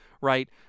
right